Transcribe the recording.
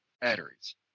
batteries